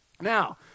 Now